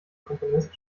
komponist